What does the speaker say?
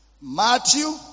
Matthew